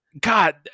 God